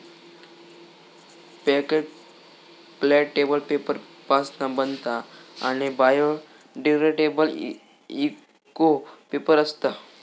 packet plateable paper पासना बनता आणि बायोडिग्रेडेबल इको पेपर असता